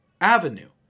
avenue